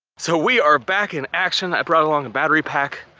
so we are back in action. i brought along a battery pack.